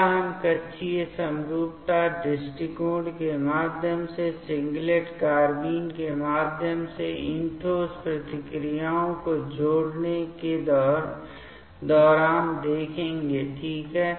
अगला हम कक्षीय समरूपता दृष्टिकोण के माध्यम से सिंगलेट कार्बाइन के माध्यम से इन ठोस प्रतिक्रियाओं को जोड़ने के दौरान देखेंगे ठीक है